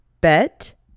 Bet